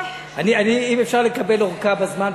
אם אפשר לקבל ארכה בזמן,